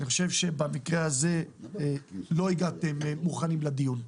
במקרה הזה לא הגעתם מוכנים לדיון.